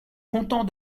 content